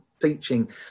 teaching